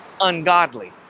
ungodly